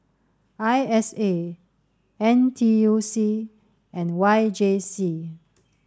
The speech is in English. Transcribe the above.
I S A N T U C and Y J C